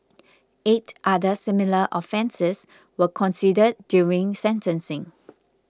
eight other similar offences were considered during sentencing